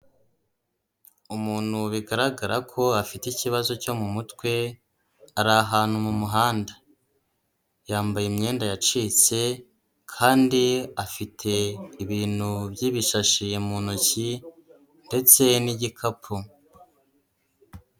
Umuntu bigaragara ko afite ikibazo cyo mu mutwe, ari ahantu mu muhanda. Yambaye imyenda yacitse kandi afite ibintu by'ibishashi mu ntoki ndetse n'igikapu.